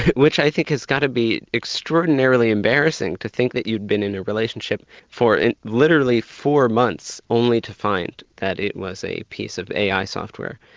which i think has got to be extraordinarily embarrassing to think that you'd been in a relationship for literally four months only to find that it was a piece of ai software,